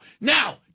Now